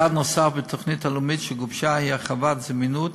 יעד נוסף בתוכנית הלאומית שגובשה הוא הרחבת זמינות